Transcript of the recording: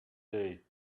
day